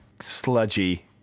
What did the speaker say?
sludgy